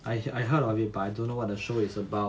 I I heard of it but I don't know what the show is about